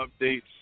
updates